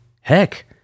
Heck